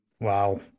Wow